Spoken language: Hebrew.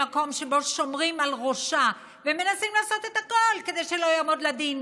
במקום שבו שומרים על ראשה ומנסים לעשות הכול כדי שלא יעמוד לדין,